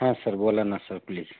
हां सर बोला ना सर प्लीज